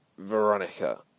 Veronica